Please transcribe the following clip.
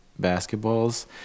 basketballs